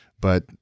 but-